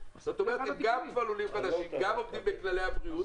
גם לולים חדשים, גם עומדים בכללי הבריאות.